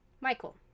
Michael